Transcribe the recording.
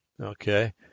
Okay